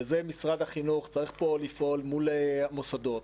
וזה משרד החינוך צריך פה לפעול מול המוסדות.